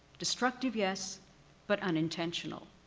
destructive yes but unintentional.